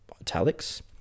italics